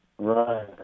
Right